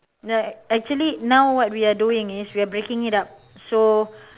actually now what we are doing is we are breaking it up so